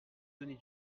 donner